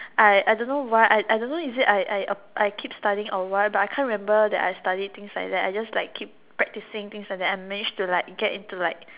I I don't why I I don't is it I I I keep studying or what but I can't remember that I study things like that I just like keep practicing things like and managed to like get into like